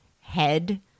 head